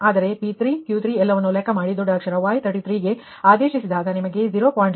ಆದರೆ P3 Q3 ಎಲ್ಲವನ್ನೂ ಲೆಕ್ಕ ಮಾಡಿ ದೊಡ್ಡ ಅಕ್ಷರ Y33ಗೆ ಆದೇಶಿಸಿದಾಗ ನಿಮಗೆ 0